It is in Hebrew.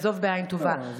עזוב בעין טובה,